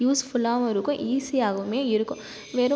யூஸ்ஃபுல்லாவும் இருக்கும் ஈஸியாகவுமே இருக்கும் வெறும்